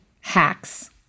Hacks